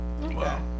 Wow